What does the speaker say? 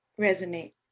resonate